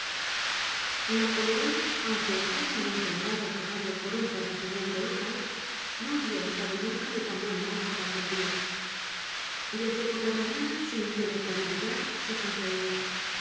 napoleon aunque enfermo é incomodado á caballo por un padecimiento local no habia estado nunca de tan buen humor gomo aquel dia desde por la mañana su impenetrabilidad se sonreia